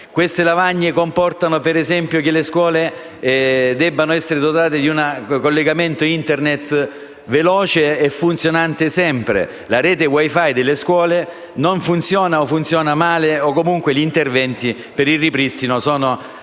Queste lavagne comportano, ad esempio, che le scuole debbano essere dotate di un collegamento Internet veloce e sempre funzionante, mentre la rete *wi-fi* nelle scuole spesso non funziona o funziona male e gli interventi per il ripristino sono delle